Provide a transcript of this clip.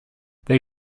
they